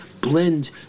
blend